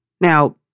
Now